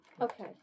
Okay